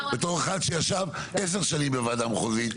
בתור אחד שישב עשר שנים בוועדה מחוזית.